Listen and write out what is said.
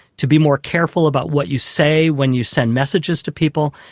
to be more careful about what you say when you send messages to people.